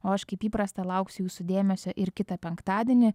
o aš kaip įprasta lauksiu jūsų dėmesio ir kitą penktadienį